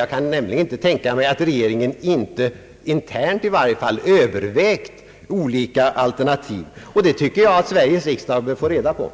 Jag kan nämligen inte tänka mig att regeringen inte — internt i varje fall — övervägt olika alternativ. Det anser jag att Sveriges riksdag bör få reda på.